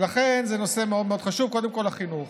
ולכן זה נושא מאוד מאוד חשוב, קודם כול החינוך.